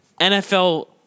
NFL –